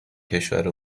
کشور